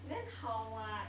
then 好 [what]